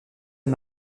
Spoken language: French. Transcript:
est